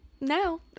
now